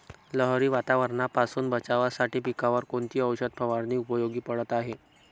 लहरी वातावरणापासून बचावासाठी पिकांवर कोणती औषध फवारणी उपयोगी पडत आहे?